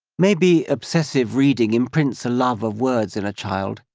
maybe obsessive reading imprints a love of words in a child,